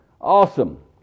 awesome